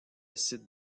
sites